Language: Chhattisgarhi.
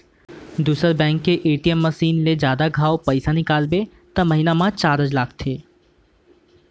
दूसर बेंक के ए.टी.एम मसीन ले जादा घांव पइसा निकालबे त महिना म चारज लगथे